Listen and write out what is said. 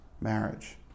marriage